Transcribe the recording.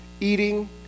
eating